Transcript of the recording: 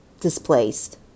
displaced